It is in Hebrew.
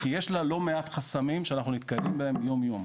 יש לה לא מעט חסמים שאנחנו נתקלים בהם יום יום,